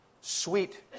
Sweet